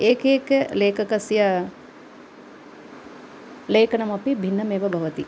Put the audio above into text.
एकैकलेखकस्य लेखनमपि भिन्नमेव भवति